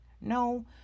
No